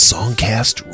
Songcast